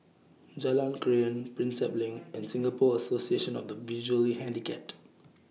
Jalan Krian Prinsep LINK and Singapore Association of The Visually Handicapped